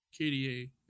KDA